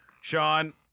Sean